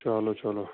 چلو چلو